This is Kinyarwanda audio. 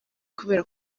kubera